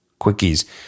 Quickies